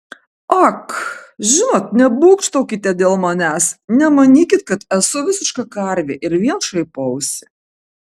ak žinot nebūgštaukite dėl manęs nemanykit kad esu visiška karvė ir vien šaipausi